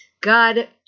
God